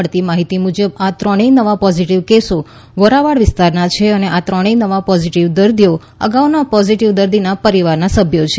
મળતી માહિતી મુજબ આ ત્રણેય નવા પોઝીટીવ કેસ વોરાવાડ વિસ્તારના છે અને આ ત્રણ નવા પોઝીટીવ દર્દીઓ અગાઉના પોઝીટીવ દર્દીના પરિવારના સભ્યો છે